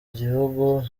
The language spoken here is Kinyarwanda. gihugu